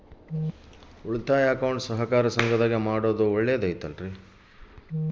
ಉಳಿತಾಯ ಅಕೌಂಟ್ ಸಹಕಾರ ಸಂಘದಾಗ ಮಾಡೋದು ಒಳ್ಳೇದಾ?